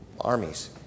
armies